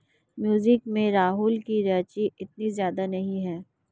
music में राहुल की रुचि इतनी ज्यादा नहीं है